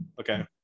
Okay